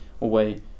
away